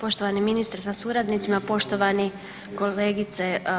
Poštovani ministre sa suradnicima, poštovani kolegice